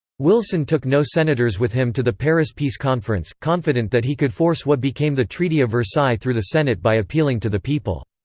wilson took no senators with him to the paris peace conference, confident that he could force what became the treaty of versailles through the senate by appealing to the people.